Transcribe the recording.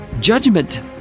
Judgment